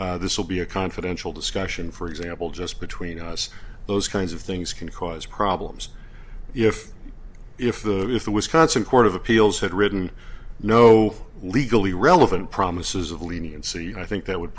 cases this will be a confidential discussion for example just between us those kinds of things can cause problems if if the if the wisconsin court of appeals had written no legally relevant promises of leniency i think that would